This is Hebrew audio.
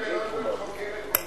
הפרלמנט בלונדון חוקר את כל,